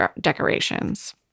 decorations